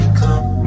come